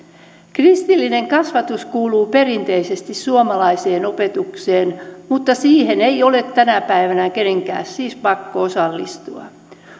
kristillinen kasvatus kuuluu perinteisesti suomalaiseen opetukseen mutta siihen ei ole tänä päivänä kenenkään siis pakko osallistua